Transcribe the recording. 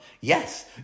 Yes